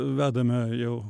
vedame jau